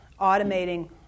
automating